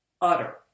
utter